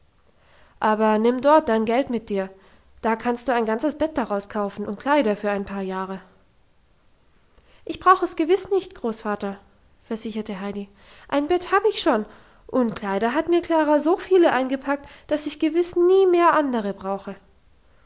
aber nimm dort dein geld mit dir da kannst du ein ganzes bett daraus kaufen und kleider für ein paar jahre ich brauch es gewiss nicht großvater versicherte heidi ein bett hab ich schon und kleider hat mir klara so viele eingepackt dass ich gewiss nie mehr andere brauche